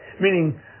meaning